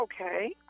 Okay